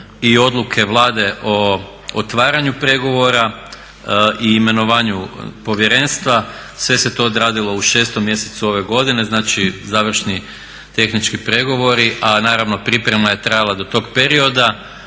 i odluke Vlade o otvaranju pregovara i imenovanju povjerenstva sve se to odradilo u 6. mjesecu ove godine, znači završni tehnički pregovori a naravno priprema je trajala do tog perioda.